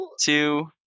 two